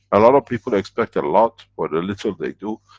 a lot of people expect a lot, for the little they do,